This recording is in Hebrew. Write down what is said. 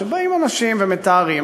שבאים אנשים ומתארים,